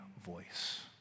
voice